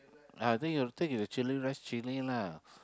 uh I think take with chilli rice chilli lah